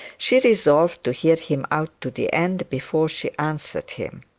she resolved to hear him out to the end, before she answered him.